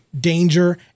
danger